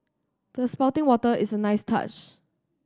the spouting water is a nice touch